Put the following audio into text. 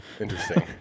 Interesting